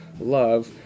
love